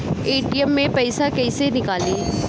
ATM से पइसा कइसे निकली?